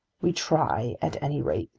we try at any rate,